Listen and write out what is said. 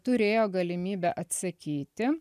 turėjo galimybę atsakyti